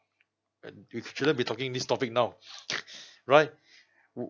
and you shouldn't be talking this topic now right